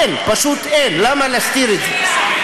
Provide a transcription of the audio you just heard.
אין, פשוט אין, למה להסתיר את זה?